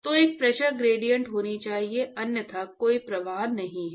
तो एक pressure gradient होनी चाहिए अन्यथा कोई प्रवाह नहीं है